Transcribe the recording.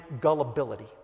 gullibility